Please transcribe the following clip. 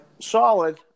solid